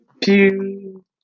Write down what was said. Pew